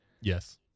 Yes